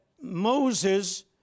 Moses